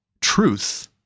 truth